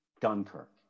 Dunkirk